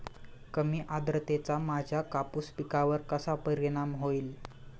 कमी आर्द्रतेचा माझ्या कापूस पिकावर कसा परिणाम होईल?